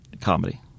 comedy